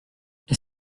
est